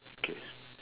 in case